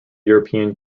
european